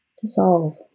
dissolve